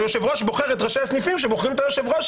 היושב-ראש בוחר את ראשי הסניפים שבוחרים את היושב-ראש